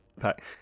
pack